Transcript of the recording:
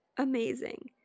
amazing